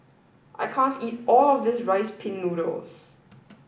I can't eat all of this rice pin noodles